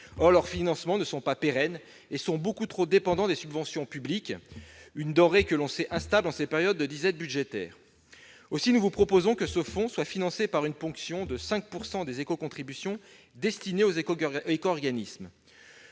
Or leurs financements ne sont pas pérennes et sont beaucoup trop dépendants des subventions publiques, une denrée que l'on sait instable en ces périodes de disette budgétaire. Aussi, nous vous proposons que ce fonds soit financé par une ponction de 5 % des éco-contributions destinées aux éco-organismes.